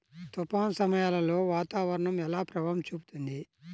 తుఫాను సమయాలలో వాతావరణం ఎలా ప్రభావం చూపుతుంది?